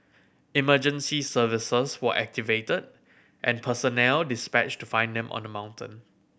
emergency services were activated and personnel dispatched to find them on the mountain